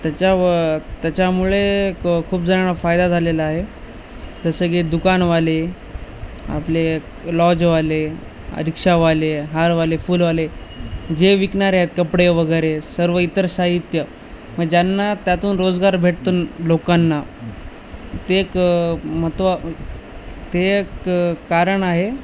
त्याच्यावर त्याच्यामुळे क खूप जणांना फायदा झालेला आहे जसं की दुकानवाले आपले लॉजवाले रिक्षावाले हारवाले फुलवाले जे विकणारे आहेत कपडेवगैरे सर्व इतर साहित्य ज्यांना त्यातून रोजगार भेटतो लोकांना ते एक महत्त्व ते एक कारण आहे